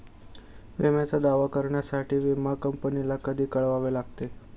विम्याचा दावा करण्यासाठी विमा कंपनीला कधी कळवावे लागते?